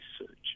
research